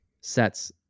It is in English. sets